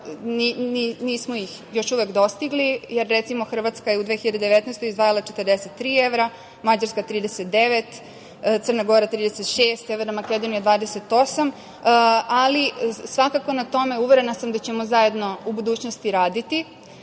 nismo ih još uvek dostigli, jer, recimo, Hrvatska je u 2019. izdvajala 43 evra, Mađarska 39, Crna Gora 36, Severna Makedonija 28. Svakako na tome, uverena sam, da ćemo zajedno u budućnosti raditi. Da